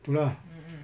itu lah